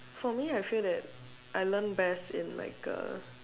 for me I feel that I learn best in like uh